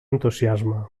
entusiasme